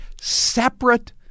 separate